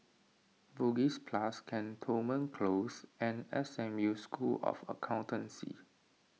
Bugis Plus Cantonment Close and S M U School of Accountancy